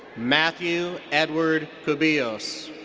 matthew edward cubillos.